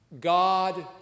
God